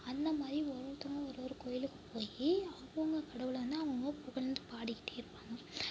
அந்தமாதிரி ஒரு ஒருத்தவங்களும் ஒரு ஒரு கோவிலுக்கு போய் அவங்க கடவுளை வந்து அவங்கவுங்க புகழ்ந்து பாடிகிட்டு இருப்பாங்க